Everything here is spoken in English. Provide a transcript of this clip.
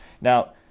now